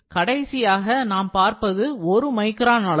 கடைசியாக நாம் பார்ப்பது ஒரு மைக்ரான் அளவு